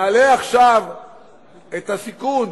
נעלה עכשיו את הסיכון